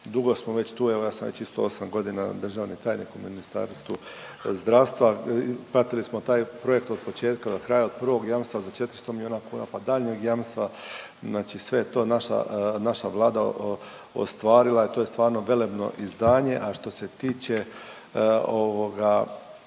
dugo smo već tu evo ja sam već isto osam godina državni tajnik u Ministarstvu zdravstva, pratili smo taj projekt od početka do kraja od prvog jamstva za 400 milijuna kuna pa daljnjeg jamstva, znači sve je to naša Vlada ostvarila, to je stvarno velebno izdanje. A što se tiče linearnih